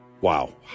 Wow